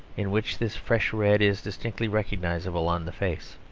in which this fresh red is distinctly recognisable on the face.